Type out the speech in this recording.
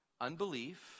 unbelief